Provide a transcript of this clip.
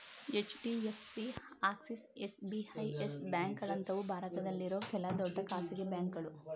HDFC, Axis, SBI, yes ಬ್ಯಾಂಕ್ಗಳಂತವು ಭಾರತದಲ್ಲಿರೋ ಕೆಲ ದೊಡ್ಡ ಖಾಸಗಿ ಬ್ಯಾಂಕುಗಳು